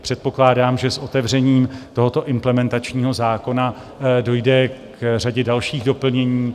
Předpokládám, že s otevřením tohoto implementačního zákona dojde k řadě dalších doplnění.